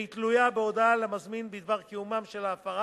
והיא תלויה בהודעה למזמין בדבר קיומה של הפרה